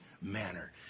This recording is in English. manner